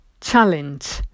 challenge